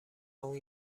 اون